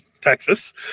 Texas